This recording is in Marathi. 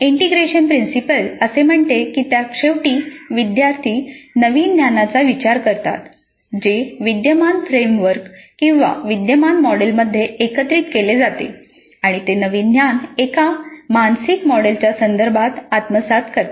इंटिग्रेशन प्रिन्सिपल असे म्हणते की त्या शेवटी विद्यार्थी नवीन ज्ञानाचा विचार करतात जे विद्यमान फ्रेमवर्क विद्यमान मॉडेलमध्ये एकत्रित केले जाते आणि ते नवीन ज्ञान एका मानसिक मॉडेलच्या संदर्भात आत्मसात करतात